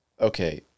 okay